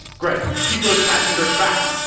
gregg, keep those passengers back!